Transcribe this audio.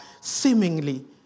seemingly